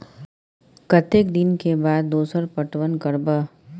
कतेक दिन के बाद दोसर पटवन करब?